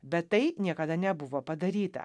bet tai niekada nebuvo padaryta